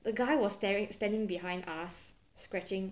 the guy was staring standing behind us scratching